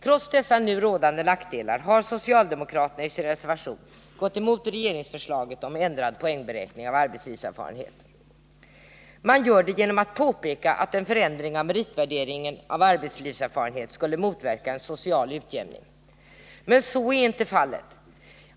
Trots dessa nu rådande nackdelar har socialdemokraterna i sin reservation gått emot regeringsförslaget om ändrad poängberäkning av arbetslivserfarenhet. Man gör det genom att påpeka att en förändring av meritvärderingen av arbetslivserfarenhet skulle motverka en social utjämning. Men så är inte fallet.